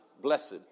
Blessed